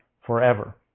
forever